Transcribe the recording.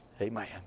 Amen